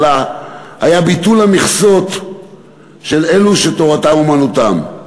ביטול המכסות של אלו שתורתם-אומנותם.